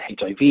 HIV